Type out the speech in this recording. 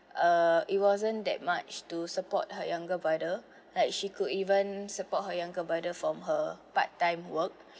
uh it wasn't that much to support her younger brother like she could even support her younger brother form her part time work